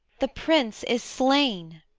the prince is slain.